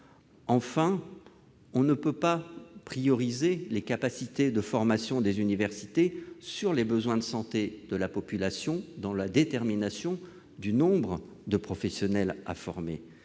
Enfin, on ne peut pas donner la priorité aux capacités de formation des universités sur les besoins de santé de la population dans la détermination du nombre de professionnels à former.